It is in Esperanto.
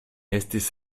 estis